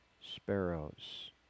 sparrows